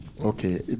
Okay